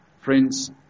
Friends